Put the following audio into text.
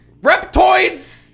Reptoids